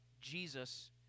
Jesus